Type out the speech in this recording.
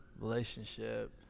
relationship